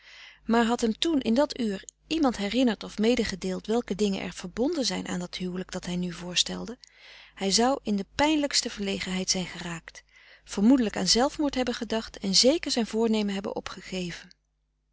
maar had hem toen in dat uur iemand herinnerd of medegedeeld welke dingen er verbonden zijn aan dat huwelijk dat hij nu voorstelde hij zou in de pijnlijkste verlegenheid zijn geraakt vermoedelijk aan zelfmoord hebben gedacht en zeker zijn voornemen hebben opgegeven